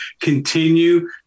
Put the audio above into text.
continue